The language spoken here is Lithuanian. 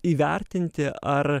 įvertinti ar